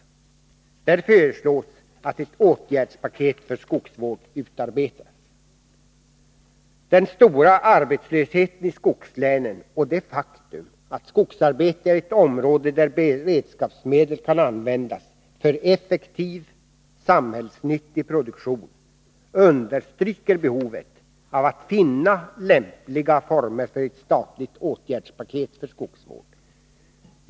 Där föreslås att ett åtgärdspaket för Den stora arbetslösheten i skogslänen och det faktum att skogsarbete är ett område där beredskapsmedel kan användas för effektiv samhällsnyttig produktion understryker behovet av att finna lämpliga former för ett statligt åtgärdspaket för skogsvård.